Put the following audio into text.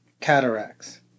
cataracts